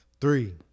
Three